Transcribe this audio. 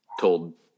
told